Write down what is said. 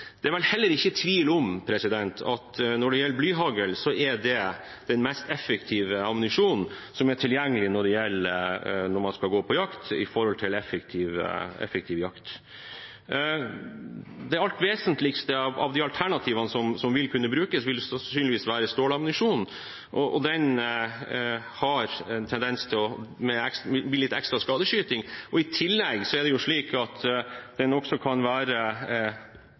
Det er vel heller ikke tvil om at blyhagl er den mest effektive ammunisjon som er tilgjengelig når man skal gå på jakt, med tanke på effektiv jakt. Det alt vesentligste av de alternativene som vil kunne brukes, vil sannsynligvis være stålammunisjon, og med den er det en tendens til å bli litt ekstra skadeskyting. I tillegg er det slik at den også kan være